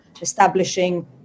establishing